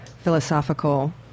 philosophical